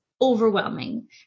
overwhelming